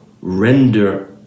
Render